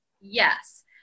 Yes